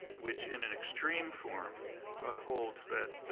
which in an extreme form ah holds that,